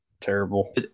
terrible